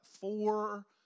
four